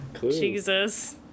Jesus